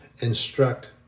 instruct